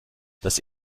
das